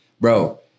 bro